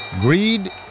Greed